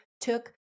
took